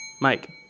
Mike